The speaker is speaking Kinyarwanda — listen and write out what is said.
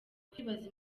kwibaza